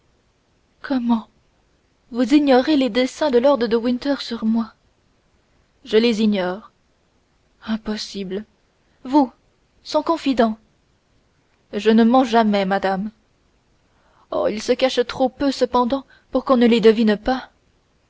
comment vous ignorez les desseins de lord de winter sur moi je les ignore impossible vous son confident je ne mens jamais madame oh il se cache trop peu cependant pour qu'on ne les devine pas